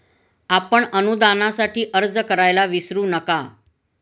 आपण अनुदानासाठी अर्ज करायला विसरू नका